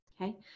Okay